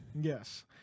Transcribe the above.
Yes